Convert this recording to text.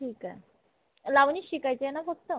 ठीक आहे लावणीच शिकायची आहे ना फक्त